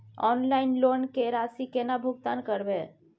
Online loan के राशि केना भुगतान करबे?